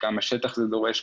כמה שטח זה דורש,